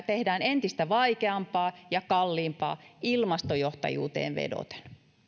tehdään entistä vaikeampaa ja kalliimpaa ilmastojohtajuuteen vedoten